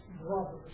brothers